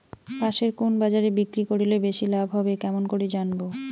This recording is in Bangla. পাশের কুন বাজারে বিক্রি করিলে বেশি লাভ হবে কেমন করি জানবো?